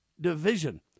division